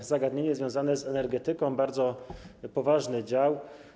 To zagadnienie związane z energetyką, bardzo ważny dział.